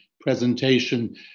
presentation